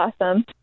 awesome